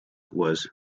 was